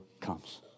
comes